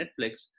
Netflix